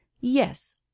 yes